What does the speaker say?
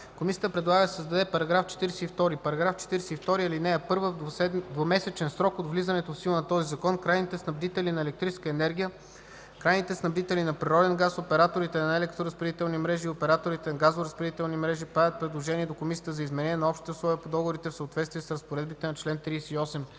Комисията предлага да се създаде § 42: „§ 42. (1) В двумесечен срок от влизането в сила на този закон крайните снабдители на електрическа енергия, крайните снабдители на природен газ, операторите на електроразпределителни мрежи и операторите на газоразпределителни мрежи правят предложение до комисията за изменение на общите условия по договорите в съответствие с разпоредбите на чл. 38е